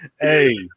Hey